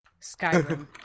Skyrim